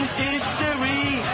history